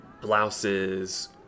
blouses